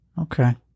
Okay